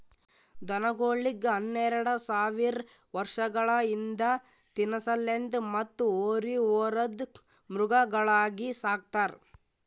ದನಗೋಳಿಗ್ ಹನ್ನೆರಡ ಸಾವಿರ್ ವರ್ಷಗಳ ಹಿಂದ ತಿನಸಲೆಂದ್ ಮತ್ತ್ ಹೋರಿ ಹೊರದ್ ಮೃಗಗಳಾಗಿ ಸಕ್ತಾರ್